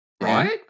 Right